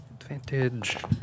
Advantage